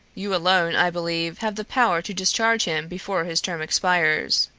you alone, i believe, have the power to discharge him before his term expires,